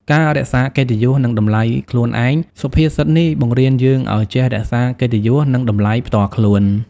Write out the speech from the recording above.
ការរក្សាកិត្តិយស និងតម្លៃខ្លួនឯង សុភាសិតនេះបង្រៀនយើងឲ្យចេះរក្សាកិត្តិយស និងតម្លៃផ្ទាល់ខ្លួន។